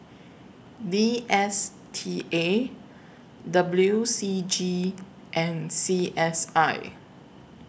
D S T A W C G and C S I